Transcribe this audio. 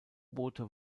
boote